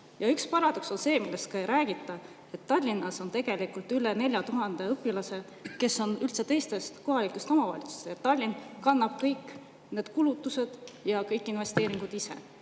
Ja üks paradoks on see, millest ei räägita: Tallinnas on tegelikult üle 4000 õpilase, kes on üldse teistest kohalikest omavalitsustest, ja Tallinn kannab kõik need kulud ja [teeb] kõik investeeringud ise.